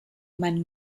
meinen